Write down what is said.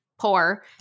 poor